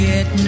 Get